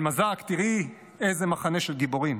עלמה זק, תראי איזה מחנה של גיבורים.